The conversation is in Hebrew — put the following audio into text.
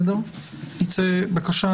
תצא בקשה.